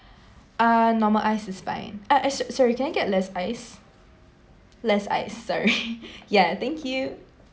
uh normal ice is fine uh so~ sorry can I get less ice less sorry ya thank you